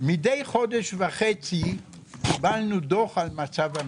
מדי חודש וחצי קיבלנו דוח על מצב המשק,